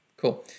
cool